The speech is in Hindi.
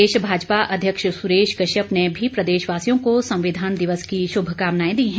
प्रदेश भाजपा अध्यक्ष सुरेश कश्यप ने भी प्रदेशवासियों को संविधान दिवस की शुभकामनाएं दी हैं